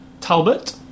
Talbot